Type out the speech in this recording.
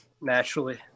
Naturally